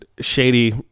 shady